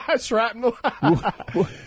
shrapnel